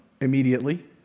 immediately